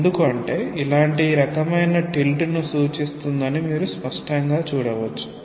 ఎందుకంటే ఇది ఇలాంటి రకమైన టిల్ట్ ను సూచిస్తుందని మీరు స్పష్టంగా చూడవచ్చు